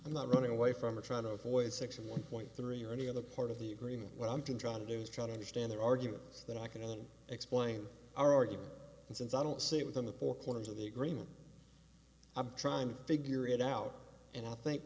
i'm not running away from or trying to avoid section one point three or any other part of the agreement what i'm trying to do is try to understand their argument that i can only explain our argument and since i don't see it within the four corners of the agreement i'm trying to figure it out and i think